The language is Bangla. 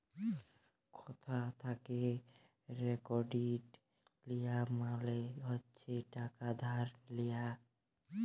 কথা থ্যাকে কেরডিট লিয়া মালে হচ্ছে টাকা ধার লিয়া